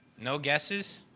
no guesses?